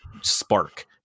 spark